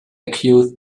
accuse